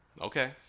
Okay